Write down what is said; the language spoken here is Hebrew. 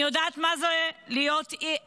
אני יודעת מה זה להיות אימא,